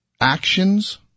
actions